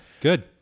good